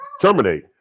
terminate